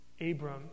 Abram